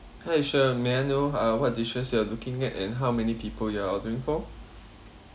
hi sure may I know uh what dishes you are looking at and how many people you are doing for